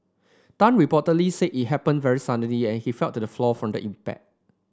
Tan reportedly said it happened very suddenly and he fell to the floor from the impact